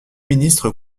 ministre